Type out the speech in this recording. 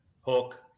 hook